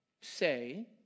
say